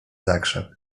zakrzep